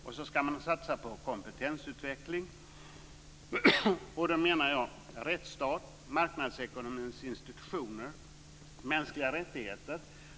Vidare ska man satsa på kompetensutveckling, och då tänker jag på marknadsekonomins institutioner och mänskliga rättigheter.